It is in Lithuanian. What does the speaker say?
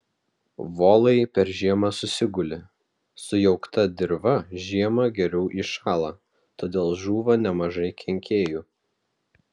volai per žiemą susiguli sujaukta dirva žiemą geriau įšąla todėl žūva nemažai kenkėjų